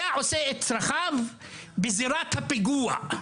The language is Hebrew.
היה עושה את צרכיו בזירת הפיגוע.